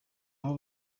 aho